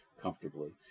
comfortably